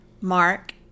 Mark